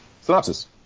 synopsis